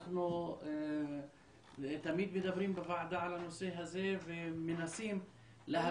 אנחנו תמיד מדברים בוועדה על הנושא הזה ולהביא אותם.